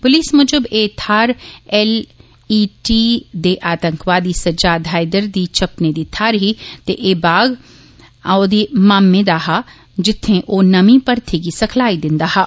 पुलस मूजब एह थाहर एलईटी दे आतंकवादी सज्जाद हायदर दी छप्पने दी थाहर ही ते एह बाग ओंदी मामे दा हा जित्थें ओ नमीं मर्थी गी सिखलाई दिंदा हा